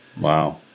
Wow